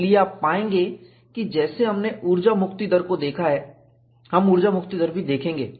इसलिए आप पाएंगे कि जैसे हमने ऊर्जा मुक्ति दर को देखा है हम ऊर्जा मुक्ति दर को भी देखेंगे